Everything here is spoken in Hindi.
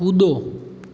कूदो